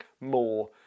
more